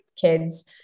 kids